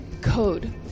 code